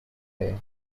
day